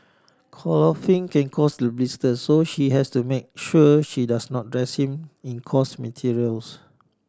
clothing can cause the blisters so she has to make sure she does not dress him in coarse materials